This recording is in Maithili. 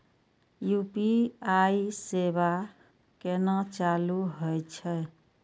यू.पी.आई सेवा केना चालू है छै?